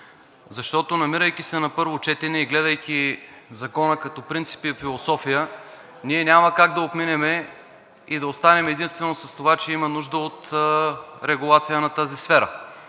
Защото, намирайки се на първо четене и гледайки Закона като принцип и философия, ние няма как да отменяме и да останем единствено с това, че има нужда от регулация на тази сфера.